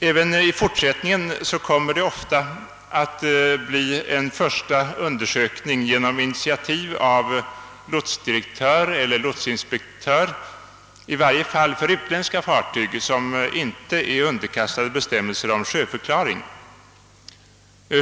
Även i fortsättningen kommer det ofta att bli en första undersökning på initiativ av lotsdirektör eller lotsinspektör, i varje fall för utländska fartyg som inte är underkastade bestämmelser om sjöförklaring.